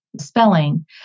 spelling